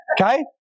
Okay